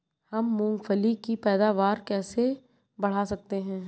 हम मूंगफली की पैदावार कैसे बढ़ा सकते हैं?